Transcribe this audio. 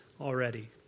already